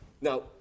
now